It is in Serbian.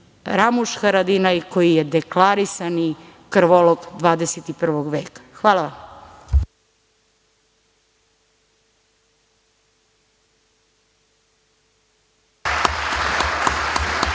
Ramuš Haradinaj koji je deklarisani krvolok 21. veka. Hvala vam.